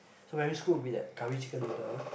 so primary school will be that curry chicken noodle